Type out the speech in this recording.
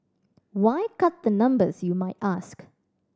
why cut the numbers you might ask